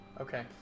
Okay